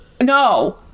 No